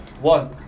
One